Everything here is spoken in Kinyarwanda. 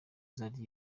zari